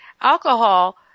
Alcohol